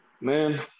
man